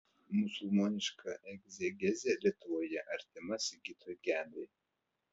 musulmoniška egzegezė lietuvoje artima sigitui gedai